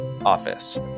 office